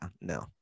no